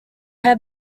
have